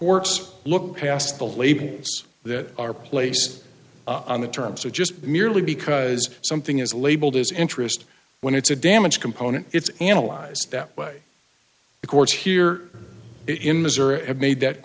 works look past the labels that are placed on the terms or just merely because something is labeled as interest when it's a damage component it's analyzed that way the courts here in missouri have made that